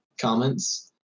comments